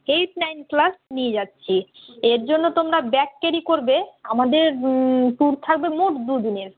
eight nine class নিয়ে যাচ্ছি এর জন্য তোমরা ব্যাগ কেরি করবে আমাদের ট্যুর থাকবে মোট দু দিনের